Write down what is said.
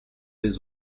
les